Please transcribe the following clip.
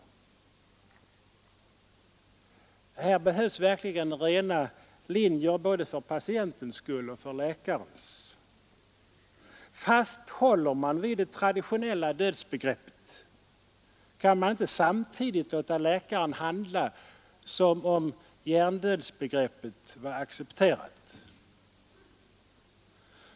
Här behövs verkligen rena linjer både för patientens skull och för läkarens. Fasthåller man vid det traditionella dödsbegreppet, kan man inte samtidigt låta läkaren handla som om hjärndödsbegreppet vore accepterat.